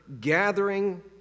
gathering